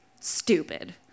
stupid